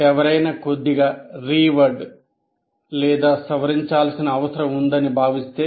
ఎవరైనా కొద్దిగా reword లేదా సవరించాల్సిన అవసరం ఉందని భావి స్తే